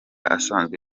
yasazwe